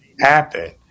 happen